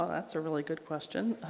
ah that's a really good question.